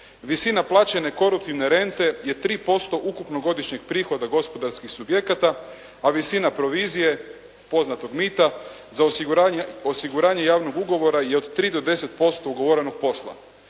Visina plaćene korumptivne rente je 3% ukupnog godišnjeg prihoda gospodarskih subjekata, a visina provizije poznatog mita, za osiguranje javnih ugovora i od 3 do 10% ugovorenog posla.